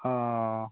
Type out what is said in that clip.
অঁ